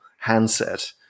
Handset